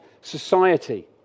society